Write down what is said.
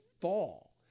fall